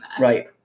Right